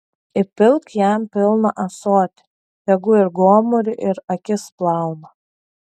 įpilk jam pilną ąsotį tegu ir gomurį ir akis plauna